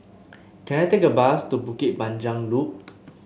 can I take a bus to Bukit Panjang Loop